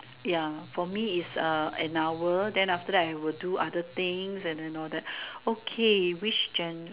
ya for me is uh an hour then after that I will do other thing and then all that okay which gender